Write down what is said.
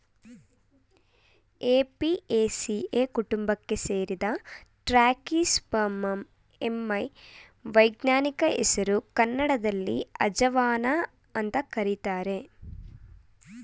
Apiaceae ಕುಟುಂಬಕ್ಕೆ ಸೇರಿದ Trachyspermum ammi ವೈಜ್ಞಾನಿಕ ಹೆಸರು ಕನ್ನಡದಲ್ಲಿ ಅಜವಾನ ಅಂತ ಕರೀತಾರೆ